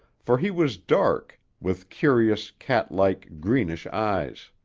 for he was dark, with curious, catlike, greenish eyes.